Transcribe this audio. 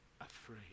afraid